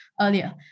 earlier